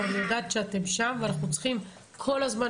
אני יודעת שאתם שם ואנחנו צריכים כל הזמן